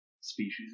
Species